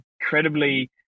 incredibly